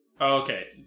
Okay